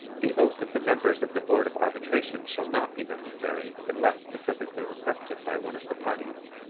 the oath of the members of the board of arbitration shall not be necessary unless specifically requested by one of the parties.